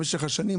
במשך השנים,